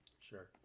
Sure